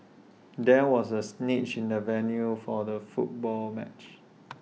there was A snitch in the venue for the football match